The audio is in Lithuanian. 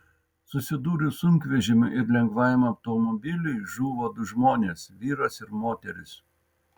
susidūrus sunkvežimiui ir lengvajam automobiliui žuvo du žmonės vyras ir moteris